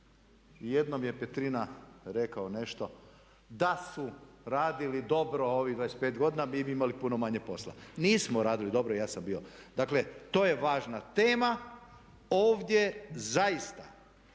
jednom je Petrina rekao nešto da su radili dobro ovih 25 godina mi bi imali puno manje posla. Nismo radili dobro i ja sam bio. Dakle to je važna tema. Ovdje zaista